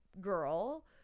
girl